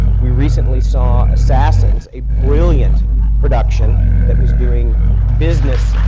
we recently saw assassins, a brilliant production that was doing business